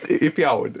į įpjauni